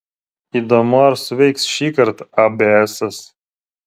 įdomu ar suveiks šįkart abėesas